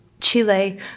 Chile